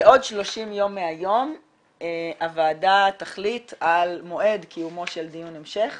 בעוד 30 יום מהיום הוועדה תחליט על מועד קיומו של דיון המשך